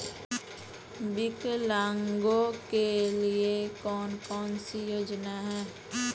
विकलांगों के लिए कौन कौनसी योजना है?